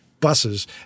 buses